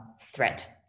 threat